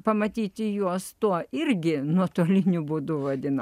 pamatyti juos tuo irgi nuotoliniu būdu vadinamu